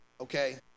okay